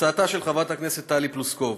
הצעתה של חברת הכנסת טלי פלוסקוב.